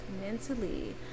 mentally